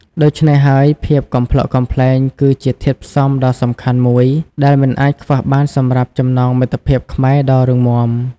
ដូច្នេះហើយ ភាពកំប្លុកកំប្លែងគឺជាធាតុផ្សំដ៏សំខាន់មួយដែលមិនអាចខ្វះបានសម្រាប់ចំណងមិត្តភាពខ្មែរដ៏រឹងមាំ។